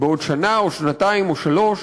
בעוד שנה או שנתיים או שלוש,